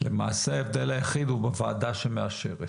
למעשה ההבדל היחיד הוא בוועדה שמאשרת,